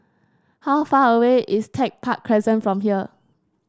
how far away is Tech Park Crescent from here